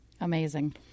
Amazing